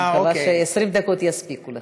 אני מקווה ש-20 דקות יספיקו לך.